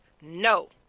No